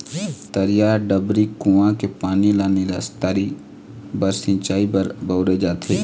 तरिया, डबरी, कुँआ के पानी ल निस्तारी बर, सिंचई बर बउरे जाथे